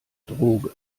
droge